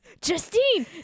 Justine